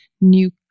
new